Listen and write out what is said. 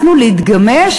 נאלצנו להתגמש,